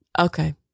Okay